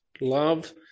love